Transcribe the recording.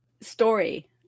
story